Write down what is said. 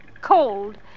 Cold